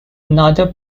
another